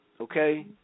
okay